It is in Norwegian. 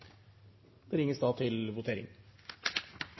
Det vil da bli ringt til votering.